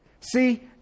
See